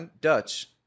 Dutch